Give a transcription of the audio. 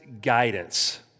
Guidance